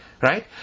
right